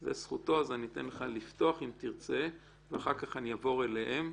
זו זכותו ואני אתן לך לפתוח אם תרצה ואחר כך אני אעבור אליהם.